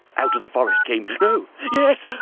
out of the forest came no! yes!